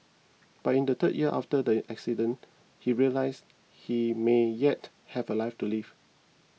but in the third year after the accident he realised he may yet have a life to live